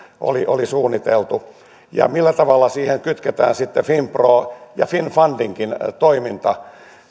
oli oli suunniteltu ja millä tavalla siihen kytketään sitten finpron ja finnfundinkin toiminta